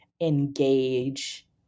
engage